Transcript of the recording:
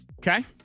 Okay